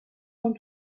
اون